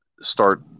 start